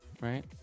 right